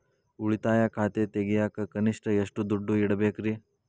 ಉಳಿತಾಯ ಖಾತೆ ತೆಗಿಯಾಕ ಕನಿಷ್ಟ ಎಷ್ಟು ದುಡ್ಡು ಇಡಬೇಕ್ರಿ?